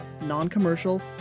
non-commercial